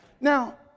Now